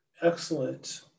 Excellent